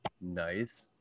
nice